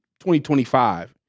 2025